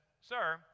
Sir